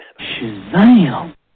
shazam